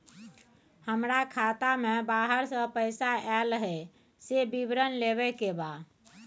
हमरा खाता में बाहर से पैसा ऐल है, से विवरण लेबे के बा?